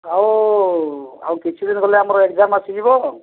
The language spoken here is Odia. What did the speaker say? ଆଉ ଆଉ କିଛି ଦିନ ଗଲେ ଆମର ଏକ୍ସାମ୍ ଆସିଯିବ